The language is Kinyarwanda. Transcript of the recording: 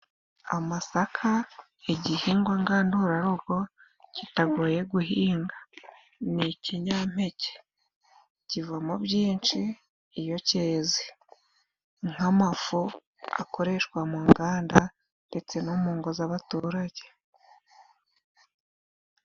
Amasaka igihingwa ngandurarugo kitagoye guhinga. Ni ikinyampeke. Kivamo byinshi iyo keze. Nk'amafu akoreshwa mu nganda ndetse no mu ngo z'abaturage.